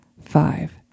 five